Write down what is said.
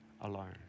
alone